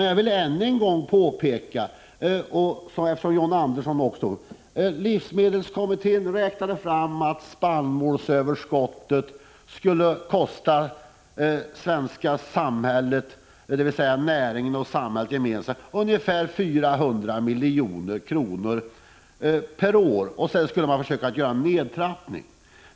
Jag vill än en gång — även för John Andersson — påpeka att livsmedelskommittén räknade fram att spannmålsöverskottet skulle kosta jordbruksnäringen och det svenska samhället gemensamt ungefär 400 milj.kr. per år, och man skulle så småningom göra en avtrappning.